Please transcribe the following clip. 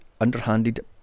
underhanded